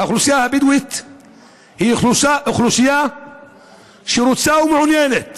האוכלוסייה הבדואית היא אוכלוסייה שרוצה ומעוניינת